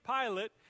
Pilate